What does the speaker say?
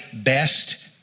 best